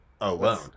alone